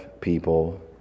people